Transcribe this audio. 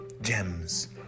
gems